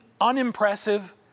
unimpressive